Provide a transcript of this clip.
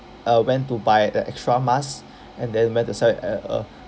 uh went to buy the extra masks and then went to sell it at a